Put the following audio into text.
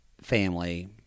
family